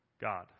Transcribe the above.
God